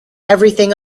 everything